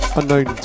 unknown